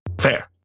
Fair